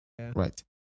Right